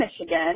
Michigan